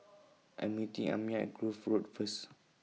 I Am meeting Amiah At Grove Road First